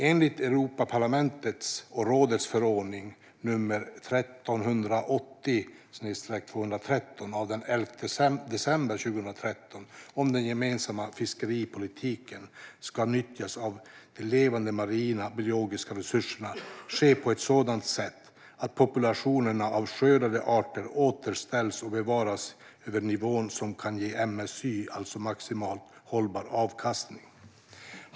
Enligt Europaparlamentets och rådets förordning nr 1380/2013 av den 11 december 2013 om den gemensamma fiskeripolitiken ska nyttjandet av de levande marina biologiska resurserna ske på ett sådant sätt att populationerna av skördade arter återställs och bevaras över nivåer som kan ge MSY, alltså maximal hållbar avkastning.